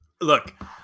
Look